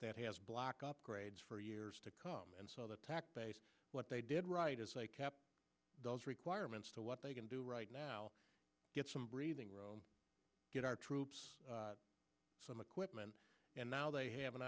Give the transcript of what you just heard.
that has block upgrades for years to come and so that what they did right is they kept those requirements to what they can do right now get some breathing room get our troops some equipment and now they have an